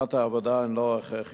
פינות העבודה הן לא הכרחיות,